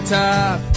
top